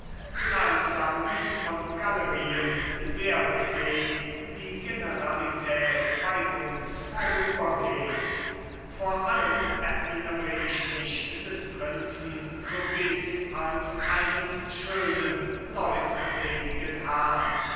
gleichsam wie von galerien sehr bequem die generalität bei uns vorübergehn vor allen erinnere ich mich des prinzen soubise als eines schönen leutseligen herrn